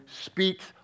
speaks